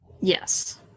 Yes